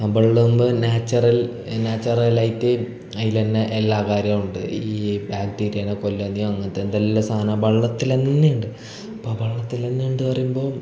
അ വെള്ളാകുമ്പോൾ നാച്ചറൽ നാച്ചൊറലയിട്ട് അതിലന്നെ എല്ലാ കാര്യമുണ്ട് ഈ ബാക്ടിരിയേനെ കൊല്ലാന്യൊ അങ്ങനത്തെ എന്തെല്ലാം സാധനം ബെള്ളത്തിലന്നെ ഉണ്ട് അപ്പോൾ ആ ബെള്ളത്തിലന്നെ ഉണ്ട് പറയുമ്പോൾ